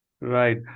Right